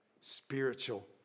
spiritual